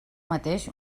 mateix